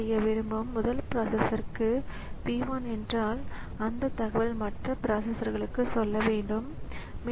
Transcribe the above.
மேலும் bootstrap ROM கூறும் காரணம் டிஸ்க்கிற்க்கு எந்த முகவரி கொடுக்கப்பட்டாலும் டிஸ்க் சிதைந்திருக்கலாம் என்பதாகும்